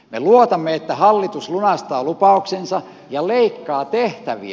me luotamme että hallitus lunastaa lupauksensa ja leikkaa tehtäviä